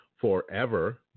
forever